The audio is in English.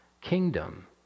kingdom